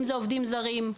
אם אלה עובדים זרים,